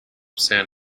san